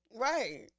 right